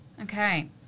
Okay